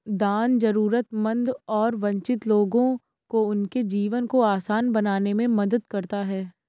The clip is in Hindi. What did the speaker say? दान जरूरतमंद और वंचित लोगों को उनके जीवन को आसान बनाने में मदद करता हैं